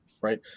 right